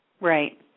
Right